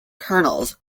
kernels